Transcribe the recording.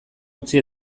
utzi